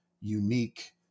unique